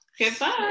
goodbye